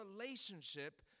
relationship